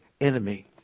enemy